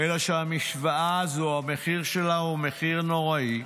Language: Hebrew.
אלא שהמשוואה הזו, המחיר שלה הוא מחיר נוראי: